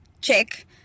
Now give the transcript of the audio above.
check